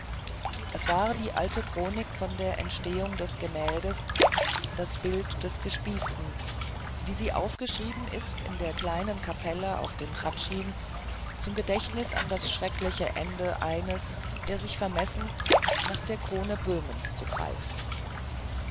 es war die alte chronik von der entstehung des gemäldes das bild des gespießten wie sie aufgeschrieben ist in der kleinen kapelle auf dem hradschin zum gedächtnis an das schreckliche ende eines der sich vermessen nach der krone böhmens zu greifen